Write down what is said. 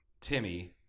Timmy